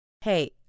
Hey